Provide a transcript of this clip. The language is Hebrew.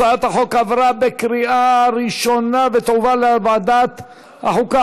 הצעת החוק עברה בקריאה ראשונה ותועבר לוועדת החוקה,